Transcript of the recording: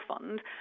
fund